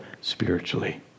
spiritually